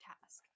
task